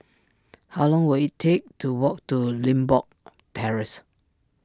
how long will it take to walk to Limbok Terrace